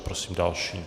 Prosím další.